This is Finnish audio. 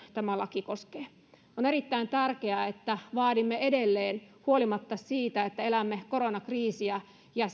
tämä laki myös koskee on erittäin tärkeää että vaadimme edelleen huolimatta siitä että elämme koronakriisiä ja